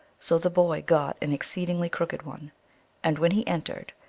so the boy got an exceedingly crooked one and when he entered,